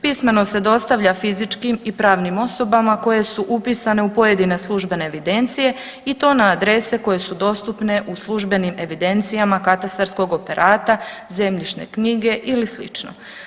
Pismeno se dostavlja fizičkim i pravnim osobama koje su upisane u pojedine službene evidencije i to na adrese koje su dostupne u službenim evidencijama katastarskog operata, zemljišne knjige ili slično.